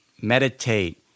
meditate